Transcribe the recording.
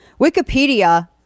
Wikipedia